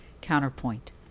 Counterpoint